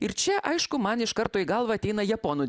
ir čia aišku man iš karto į galvą ateina japonų